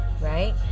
right